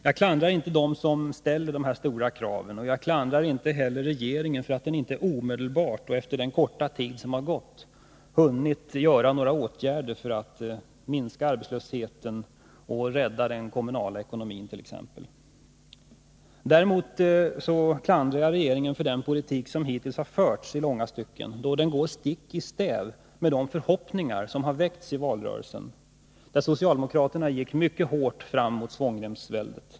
Jag klandrar inte dem som ställer dessa stora krav, och jag klandrar inte heller regeringen för att den inte omedelbart, efter den korta tid som har gått, har hunnit vidta några åtgärder för att minska arbetslösheten och rädda den kommunala ekonomin t.ex. Däremot klandrar jag regeringen för den politik som hittills har förts i långa stycken, då den går stick i stäv med de förhoppningar som har väckts i valrörelsen, där socialdemokraterna gick mycket hårt fram mot svångremsväldet.